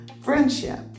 Friendship